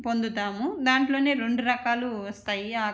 పొందుతాము దాంట్లోనే రెండు రకాలు వస్తాయి ఆ